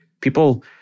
People